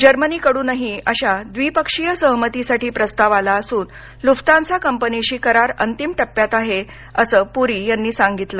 Germany कडूनही अशा द्वीपक्षीय सहमतीसाठी प्रस्ताव आला असून लुफ्तांसा कंपनिशी करार अंतिम टप्प्यात आहे असं सिंग यांनी यावेळी सांगितलं